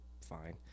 fine